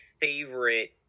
favorite